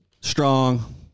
Strong